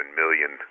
million